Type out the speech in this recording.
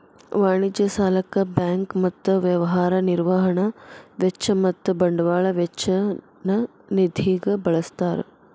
ವಾಣಿಜ್ಯ ಸಾಲಕ್ಕ ಬ್ಯಾಂಕ್ ಮತ್ತ ವ್ಯವಹಾರ ನಿರ್ವಹಣಾ ವೆಚ್ಚ ಮತ್ತ ಬಂಡವಾಳ ವೆಚ್ಚ ನ್ನ ನಿಧಿಗ ಬಳ್ಸ್ತಾರ್